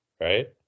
right